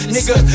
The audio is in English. Nigga